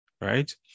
right